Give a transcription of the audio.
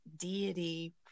deity